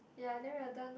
ya then we are done lor